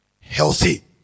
healthy